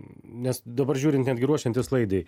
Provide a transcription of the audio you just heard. nes dabar žiūrint netgi ruošiantis laidai